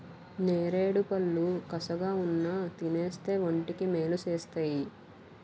నేరేడుపళ్ళు కసగావున్నా తినేస్తే వంటికి మేలు సేస్తేయ్